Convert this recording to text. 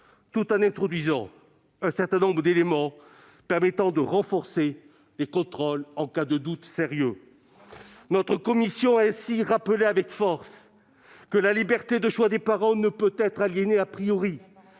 tout en introduisant un certain nombre d'éléments permettant de renforcer les contrôles en cas de doute sérieux. Notre commission a ainsi rappelé avec force que la liberté de choix des parents ne peut être aliénée. Elle